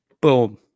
Boom